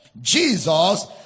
Jesus